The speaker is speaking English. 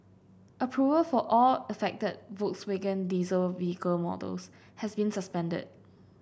approval for all affected Volkswagen diesel vehicle models has been suspended